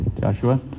Joshua